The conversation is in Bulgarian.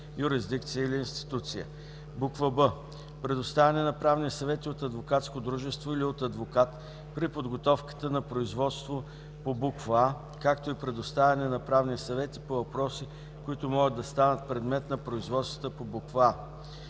юрисдикция или институция; б) предоставяне на правни съвети от адвокатско дружество или от адвокат при подготовката на производство по буква „a”, както и предоставяне на правни съвети по въпроси, които могат да станат предмет на производствата по буква